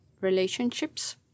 relationships